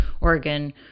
Oregon